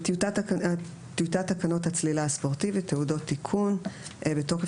טיוטת תקנות הצלילה הספורטיבית (תעודות) (תיקון) בתוקף